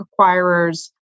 acquirers